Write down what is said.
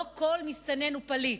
לא כל מסתנן הוא פליט.